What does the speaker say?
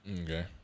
Okay